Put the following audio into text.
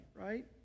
right